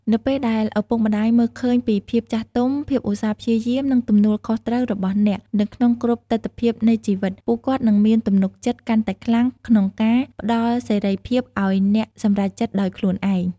នៅពេលដែលឪពុកម្ដាយមើលឃើញពី ភាពចាស់ទុំ ភាពឧស្សាហ៍ព្យាយាម និងទំនួលខុសត្រូវ របស់អ្នកនៅក្នុងគ្រប់ទិដ្ឋភាពនៃជីវិត ពួកគាត់នឹងមាន ទំនុកចិត្តកាន់តែខ្លាំង ក្នុងការផ្ដល់សេរីភាពឲ្យអ្នកសម្រេចចិត្តដោយខ្លួនឯង។